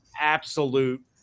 absolute